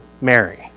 Mary